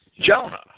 Jonah